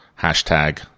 hashtag